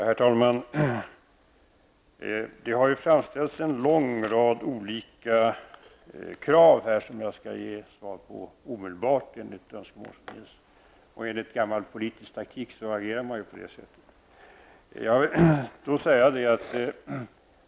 Herr talman! Här har rests en lång rad olika krav som jag, enligt de önskemål som framställts, omedelbart skall bemöta. Enligt gammal politisk taktik skall man ju agera på det sättet.